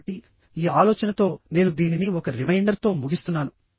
కాబట్టి ఈ ఆలోచనతో నేను దీనిని ఒక రిమైండర్తో ముగిస్తున్నాను